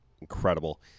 Incredible